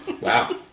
Wow